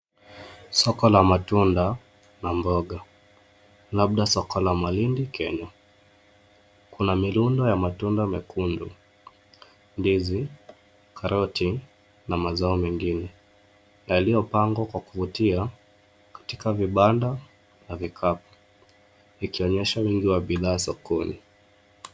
Soko la matunda na mboga, labda soko la malindi, Kenya. Kuna mirundo ya matunda mekundu, ndizi, karoti na mazao mengine yaliyopangwa kwa kuvutia katika vibanda na vikapu, ikionyesha wingi wa bidhaa sokoni.